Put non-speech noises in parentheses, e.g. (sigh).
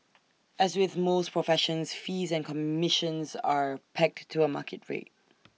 as with most professions fees and commissions are pegged to A market rate (noise)